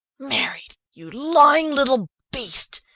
married, you lying little beast!